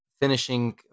finishing